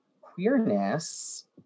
queerness